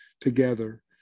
together